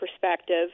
perspective